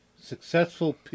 successful